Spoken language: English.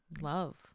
love